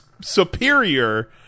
superior